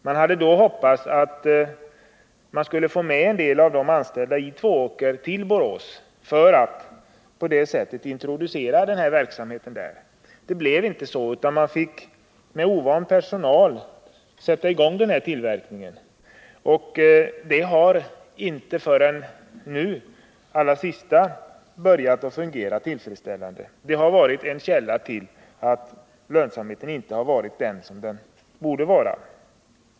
Man hoppades att man skulle få med en del av de anställda i Tvååker till Borås för att på det sättet kunna introducera denna verksamhet där. Det blev inte så, utan man fick sätta i gång tillverkningen med ovan personal. Inte förrän nu har det börjat fungera tillfredsställande. Det har varit en orsak till att lönsamheten inte varit vad den borde vara.